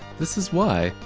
this is why.